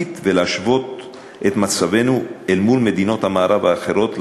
אמיתית ולהשוות את מצבנו אל מול מדינות המערב האחרות,